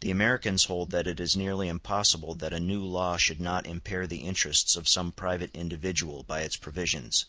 the americans hold that it is nearly impossible that a new law should not impair the interests of some private individual by its provisions